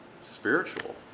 spiritual